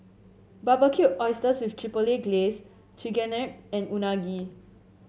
Barbecued Oysters with Chipotle Glaze Chigenabe and Unagi